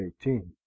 eighteen